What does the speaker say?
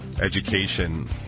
education